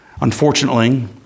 Unfortunately